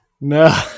No